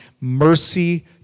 Mercy